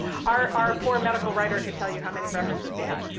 our our poor medical writer could tell you how many references we had.